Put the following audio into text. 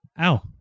Ow